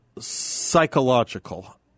psychological